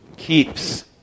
Keeps